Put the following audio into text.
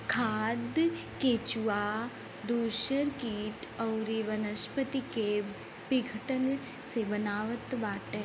खाद केचुआ दूसर किट अउरी वनस्पति के विघटन से बनत बाटे